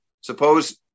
Suppose